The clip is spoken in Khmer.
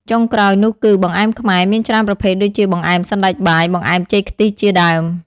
ចុងក្រោយនោះគឺ បង្អែមខ្មែរ មានច្រើនប្រភេទដូចជា បង្អែមសណ្តែកបាយ បង្អែមចេកខ្ទិះ ជាដើម ។